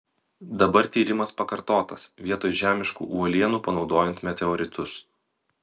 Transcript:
dabar tyrimas pakartotas vietoj žemiškų uolienų panaudojant meteoritus